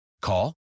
Call